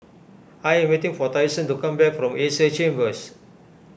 I am waiting for Tyson to come back from Asia Chambers